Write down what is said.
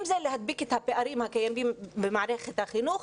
אם זה להדביק את הפערים הקיימים במערכת החינוך,